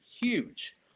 huge